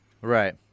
Right